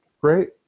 Great